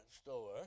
store